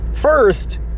First